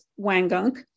Wangunk